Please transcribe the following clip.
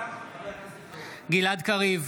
נגד גלעד קריב,